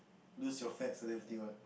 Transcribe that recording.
lose your fats and everything what